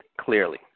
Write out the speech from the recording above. clearly